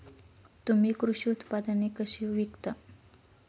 तुम्ही कृषी उत्पादने कशी विकता?